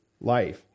life